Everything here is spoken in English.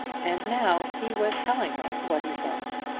and now he was telling her what he thought.